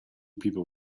people